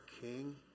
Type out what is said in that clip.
king